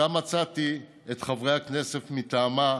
שם מצאתי את חברי הכנסת מטעמה,